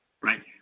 right